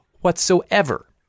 whatsoever